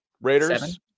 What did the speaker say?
Raiders